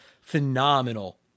phenomenal